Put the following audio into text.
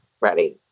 ready